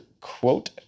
quote